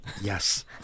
Yes